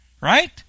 right